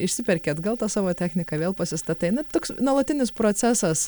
išsiperki atgal tą savo techniką vėl pasistatai na toks nuolatinis procesas